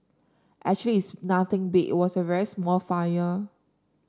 actually it's nothing big it was a very small fire